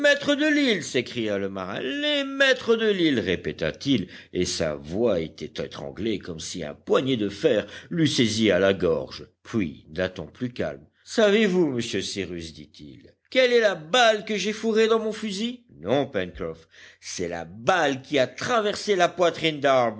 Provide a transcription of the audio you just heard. maîtres de l'île s'écria le marin les maîtres de l'île répéta-t-il et sa voix était étranglée comme si un poignet de fer l'eût saisi à la gorge puis d'un ton plus calme savez-vous monsieur cyrus dit-il quelle est la balle que j'ai fourrée dans mon fusil non pencroff c'est la balle qui a traversé la poitrine